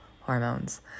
hormones